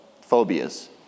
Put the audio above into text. phobias